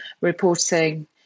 reporting